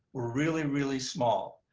were really, really small.